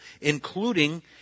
including